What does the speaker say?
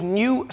new